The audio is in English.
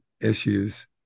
issues